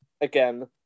again